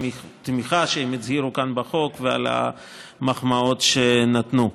התמיכה שהביעו כאן בחוק ועל המחמאות שנתנו.